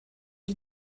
die